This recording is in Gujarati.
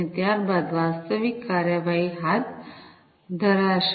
અને ત્યાર બાદ વાસ્તવિક કાર્યવાહી હાથ ધરાશે